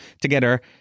together